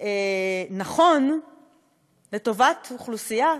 נכון לטובת אוכלוסייה,